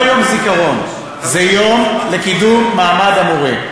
זה יום לקידום מעמד המורה.